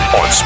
on